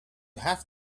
have